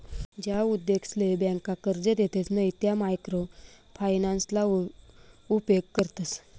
ज्या उद्योगसले ब्यांका कर्जे देतसे नयी त्या मायक्रो फायनान्सना उपेग करतस